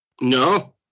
No